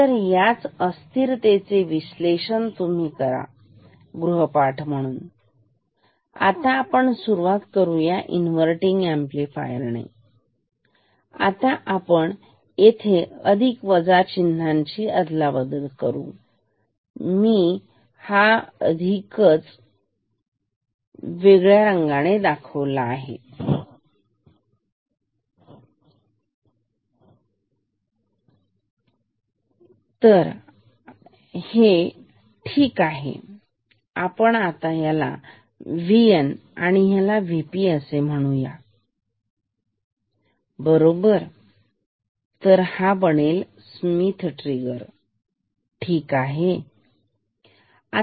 तर याच अस्थिरतेचे विश्लेषण तुम्ही करा गृहपाठ म्हणून तर आता आपण सुरुवात करू या इन्वर्तींग अंपलिफायर आणि आपण आता येथे अधिक वजा चिन्हांना बदलू तर मी ह्या अधिकच वेगळ्या रंगाने दाखवते आहे आणि हे मजा आहे ठीक तर आता ह्याला मी VN आणि याला VP असे म्हणते बरोबर तर हा स्मिथ ट्रिगर बनेल स्मिथ ट्रिगर ठीक आहे